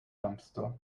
dumpster